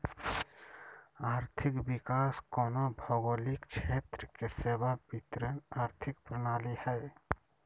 आर्थिक विकास कोनो भौगोलिक क्षेत्र के सेवा वितरण आर्थिक प्रणाली हइ